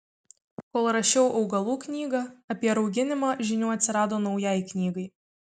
kol rašiau augalų knygą apie rauginimą žinių atsirado naujai knygai